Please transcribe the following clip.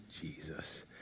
Jesus